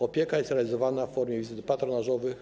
Opieka jest realizowana w formie wizyt patronażowych.